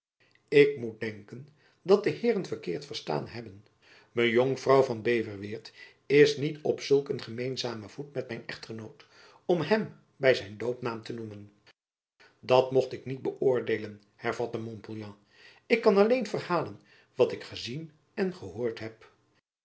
ik moet denken dat de heeren verkeerd verstaan hebben mejonkvrouw van beverweert is niet op zulk een gemeenzamen voet met mijn echtgenoot om hem by zijn doopnaam te noemen dat mocht ik niet beöordeelen hervatte montpouillan ik kan alleen verhalen wat ik gezien en gehoord heb